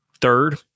third